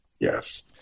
Yes